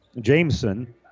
Jameson